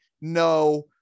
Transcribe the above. no